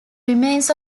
remains